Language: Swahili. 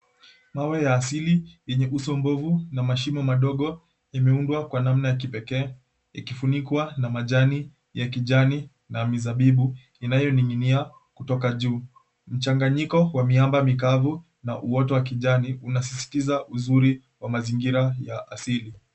Mawe ya asili yenye uso mbovu na mashimo madogo, imeundwa kwa namna ya kipekee ikifunikwa na majani ya kijani na mizabibu inayoning'inia kutoka juu. Mchanganyiko wa miamba mikavu na uota wa kijani unasisitiza uzuri wa mazingira ya asili.